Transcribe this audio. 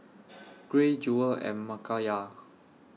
Gray Jewel and Makayla